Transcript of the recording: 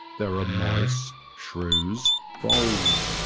there are mice, shrews, voles,